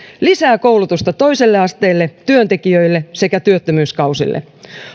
lisää koulutusta toiselle asteelle työntekijöille sekä työttömyyskausille